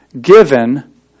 given